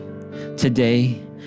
Today